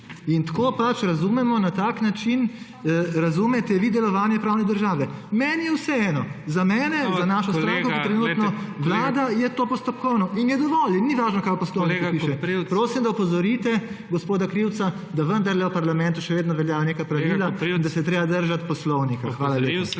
Tako pač razumemo na tak način razumete vi delovanje pravne države. Meni je vseeno. Za mene in za našo stranko, ki trenutno vlada je to postopkovno in je dovolj in ni važno kaj v postopku piše. Prosim, da opozorite gospoda Krivca, da vendarle v parlamentu veljajo neka pravila, da se je treba držati Poslovnika. PREDSEDNIK